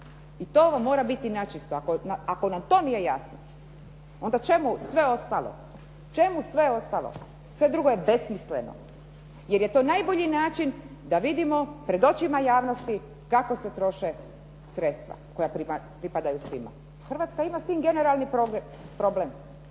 i to vam mora biti načisto. Ako nam to nije jasno, onda čemu sve ostalo? Čemu sve ostalo? Sve drugo je besmisleno jer je to najbolji način da vidimo pred očima javnosti kako se troše sredstva koja pripadaju svima. Hrvatska ima s tim generalni problem.